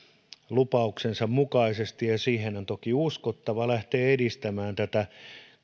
lupauksensa mukaisesti ja siihen on toki uskottava lähtee edistämään tätä